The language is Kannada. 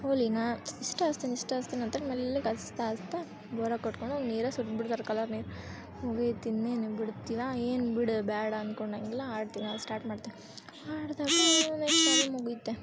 ಹೋಳಿನ ಇಷ್ಟು ಹಸ್ತಿನ್ ಇಷ್ಟೇ ಹಸ್ತಿನ್ ಅಂತೇಳಿ ಮೆಲ್ಲಗ್ ಹಸ್ತ ಹಸ್ತ ಕೊಟ್ಕೊಂಡೋಗಿ ನೀರು ಸುರ್ದು ಬಿಡ್ತಾರೆ ಕಲರ್ ನೀರು ಮುಗೀತು ಇನ್ನೇನು ಬಿಡ್ತೀವಾ ಏನೂ ಬಿಡ ಬೇಡ ಅಂದ್ಕೊಂಡಂಗಿಲ್ಲ ಆಡ್ತೀನಾ ಸ್ಟಾರ್ಟ್ ಮಾಡ್ತೀನಿ ಅಡಿದಾಗ ಏನಾಯ್ತು ಅಲ್ಲಿಗೆ ಮುಗಿಯುತ್ತೆ